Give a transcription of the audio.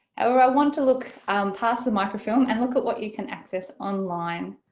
however i want to look um past the microfilm and look at what you can access online.